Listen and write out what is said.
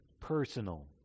personal